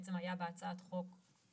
שבעצם היה בהצעת החוק.